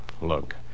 Look